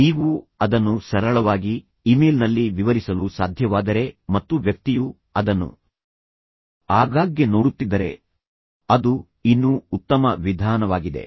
ನೀವು ಅದನ್ನು ಸರಳವಾಗಿ ಇಮೇಲ್ನಲ್ಲಿ ವಿವರಿಸಲು ಸಾಧ್ಯವಾದರೆ ಮತ್ತು ವ್ಯಕ್ತಿಯು ಅದನ್ನು ಆಗಾಗ್ಗೆ ನೋಡುತ್ತಿದ್ದರೆ ಅದು ಇನ್ನೂ ಉತ್ತಮ ವಿಧಾನವಾಗಿದೆ